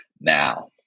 Now